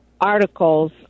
articles